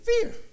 fear